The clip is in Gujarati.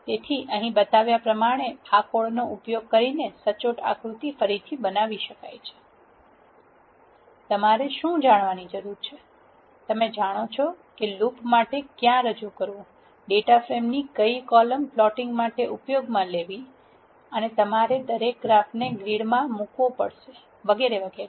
તેથી અહીં બતાવવામાં આવ્યા પ્રમાણે આ કોડ નો ઉપયોગ કરી સચોટ આકૃતિ ફરીથી બનાવી શકાય છે તમારે શું જાણવાની જરૂર છે કે તમે જાણો છો કે લૂપ માટે ક્યાં રજૂ કરવું ડેટા ફ્રેમની કઇ કોલમ પ્લોટીંગ માટે ઉપયોગ માં લેવી અને તમારે દરેક ગ્રાફ ને ગ્રીડ માં મૂકવો પડશે અને વગેરે